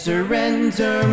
Surrender